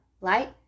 light